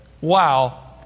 Wow